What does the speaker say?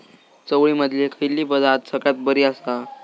चवळीमधली खयली जात सगळ्यात बरी आसा?